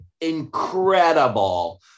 incredible